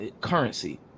currency